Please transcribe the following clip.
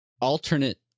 alternate